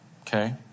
Okay